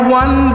one